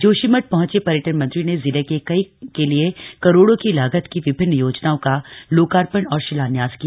जोशीमठ पहुंचे पर्यटन मंत्री ने जिले के लिए करोड़ों की लागत की विभिन्न योजनाओं का लोकार्पण और शिलान्यास किया